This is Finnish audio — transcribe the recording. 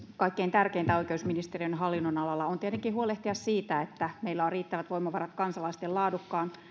kaikkein tärkeintä oikeusministeriön hallinnonalalla on tietenkin huolehtia siitä että meillä on riittävät voimavarat kansalaisten laadukkaan